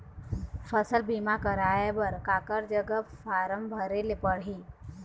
फसल बीमा कराए बर काकर जग फारम भरेले पड़ही?